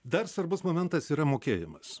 dar svarbus momentas yra mokėjimas